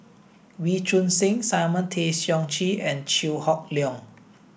Wee Choon Seng Simon Tay Seong Chee and Chew Hock Leong